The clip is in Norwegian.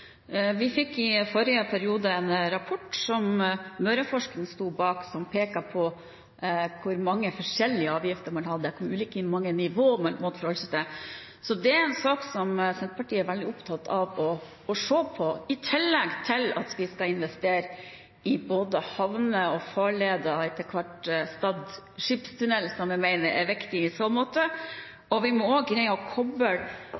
Vi fikk i forrige periode en rapport, som Møreforskning sto bak, som peker på hvor mange forskjellige avgifter man hadde, og hvor mange forskjellige nivå man måtte forholde seg til. Det er en sak som Senterpartiet er veldig opptatt av å se på i tillegg til at man skal investere i både havner og farleder og etter hvert Stad skipstunnel, som vi mener er viktig i så måte.